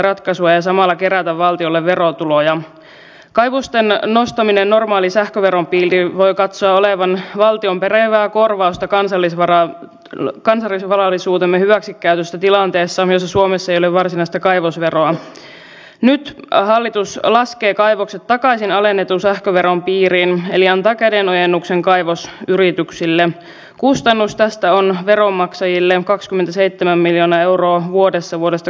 itse asiassa kysymykseni liittyykin siihen että esimerkiksi lääkäriliitto kirjallisessa lausunnossaan jaostossamme kertoi että näiden maksujen korotus tulee käytännössä lisäämään sitä palveluiden alikäyttöä eli ihmiset eivät hakeudukaan hoitoon ajattelevat että tulee liian kalliiksi en mene ja se lisää kustannuksia koska mennään vasta myöhemmin hoitoon ja silloin kustannukset ovatkin suuremmat yhteiskunnalle